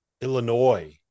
Illinois